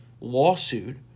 lawsuit